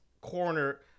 corner